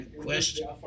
question